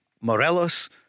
Morelos